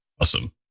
Awesome